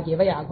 ஆகியவை ஆகும்